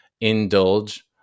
indulge